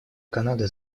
канады